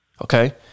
Okay